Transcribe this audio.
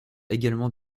également